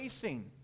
facing